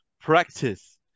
practice